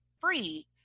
free